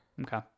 okay